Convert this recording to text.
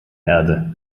erde